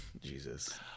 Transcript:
jesus